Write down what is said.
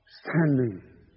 standing